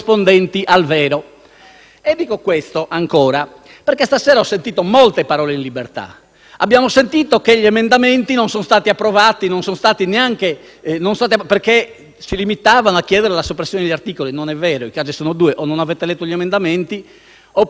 Dico questo perché, ancora stasera, ho sentito molte parole in libertà. Abbiamo sentito che gli emendamenti non sono stati approvati perché si limitavano a chiedere la soppressione di articoli. Non è vero e qui i casi sono due: o non avete letto gli emendamenti oppure non ne avete